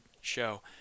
show